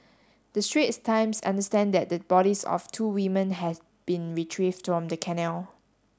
the Straits Times understand that the bodies of two women have been retrieved from the canal